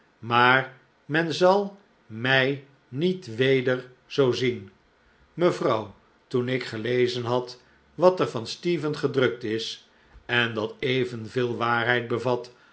maar men zal mij niet weder zoo zien mevrouw toen ik gelezen had wat er van stephen gedrukt is en dat evenveel waarheid be